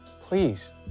please